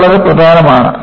ഇത് വളരെ പ്രധാനമാണ്